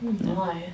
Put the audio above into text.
no